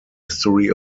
history